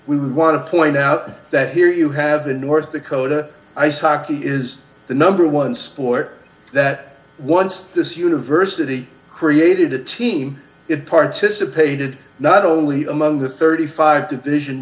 we want to point out that here you have the north dakota ice hockey is the number one sport that once this university created a team it participated not only among the thirty five division